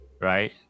right